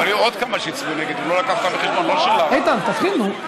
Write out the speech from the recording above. איתן, תתחיל, נו.